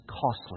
costly